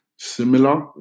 similar